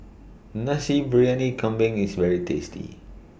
Nasi Briyani Kambing IS very tasty